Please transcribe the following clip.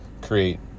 create